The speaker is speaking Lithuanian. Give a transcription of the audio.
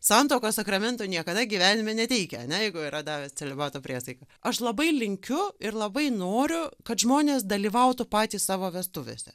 santuokos sakramento niekada gyvenime neteikia ane jeigu yra davęs celibato priesaiką aš labai linkiu ir labai noriu kad žmonės dalyvautų patys savo vestuvėse